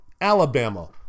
Alabama